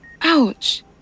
Ouch